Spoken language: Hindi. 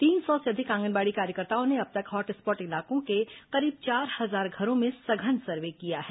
तीन सौ से अधिक आंगनबाड़ी कार्यकर्ताओं ने अब तक हॉटस्पॉट इलाकों के करीब चार हजार घरों में सघन सर्वे किया है